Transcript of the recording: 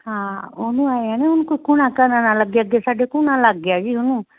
ਹਾਂ ਉਹਨੂੰ ਐਂਉਂ ਨਾ ਹੁਣ ਕੋਈ ਘੁਣ ਘਣ ਨਾ ਲੱਗੇ ਅੱਗੇ ਸਾਡੇ ਘੁਣ ਲੱਗ ਗਿਆ ਜੀ ਉਹਨੂੰ